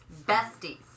Besties